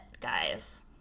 guys